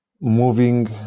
moving